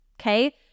Okay